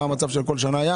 שנה.